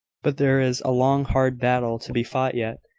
but there is a long hard battle to be fought yet.